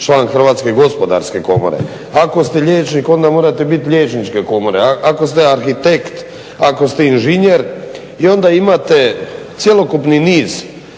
član HGK-a, ako ste liječnik onda morate biti Liječničke komore, ako ste arhitekt, ako ste inženjer. I onda imate cjelokupni niz